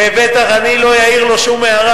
ובטח אני לא אעיר לו שום הערה,